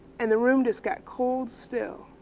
and the room just got cold still.